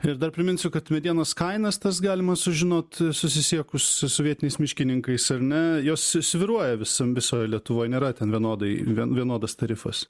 ir dar priminsiu kad medienos kainas tas galima sužinot susisiekus su vietiniais miškininkais ar ne jos svyruoja visam visoj lietuvoj nėra ten vienodai vien vienodas tarifas